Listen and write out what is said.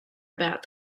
about